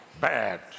bad